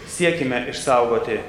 siekime išsaugoti